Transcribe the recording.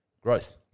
growth